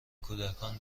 کودکان